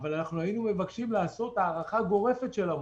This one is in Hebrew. אבל היינו מבקשים לעשות הארכה גורפת של המועדים.